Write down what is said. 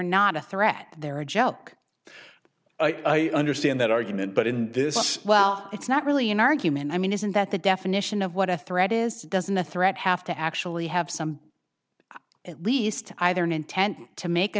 not a threat they're a gel i understand that argument but in this well it's not really an argument i mean isn't that the definition of what a threat is doesn't a threat have to actually have some at least either an intent to make a